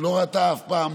היא לא ראתה אף פעם